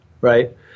right